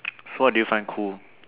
so what do you find cool